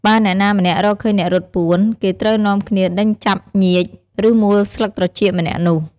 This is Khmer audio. បើអ្នកណាម្នាក់ រកឃើញអ្នករត់ពួន គេត្រូវនាំគ្នាដេញចាប់ញៀច ឬមួលស្លឹកត្រចៀកម្នាក់នោះ។